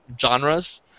genres